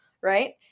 right